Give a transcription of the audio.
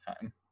time